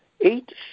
Eight